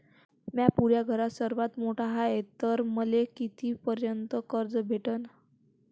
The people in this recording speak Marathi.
म्या पुऱ्या घरात सर्वांत मोठा हाय तर मले किती पर्यंत कर्ज भेटन?